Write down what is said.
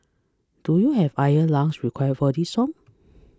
do you have iron lungs required for this song